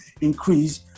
increase